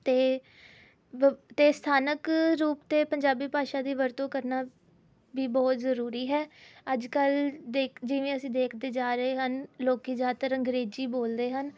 ਅਤੇ ਵ ਸਥਾਨਕ ਰੂਪ ਅਤੇ ਪੰਜਾਬੀ ਭਾਸ਼ਾ ਦੀ ਵਰਤੋਂ ਕਰਨਾ ਵੀ ਬਹੁਤ ਜ਼ਰੂਰੀ ਹੈ ਅੱਜ ਕੱਲ੍ਹ ਦੇਖ ਜਿਵੇਂ ਅਸੀਂ ਦੇਖਦੇ ਜਾ ਰਹੇ ਹਨ ਲੋਕੀਂ ਜ਼ਿਆਦਾਤਰ ਅੰਗਰੇਜ਼ੀ ਬੋਲਦੇ ਹਨ